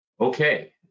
Okay